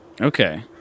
Okay